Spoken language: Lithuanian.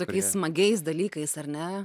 tokiais smagiais dalykais ar ne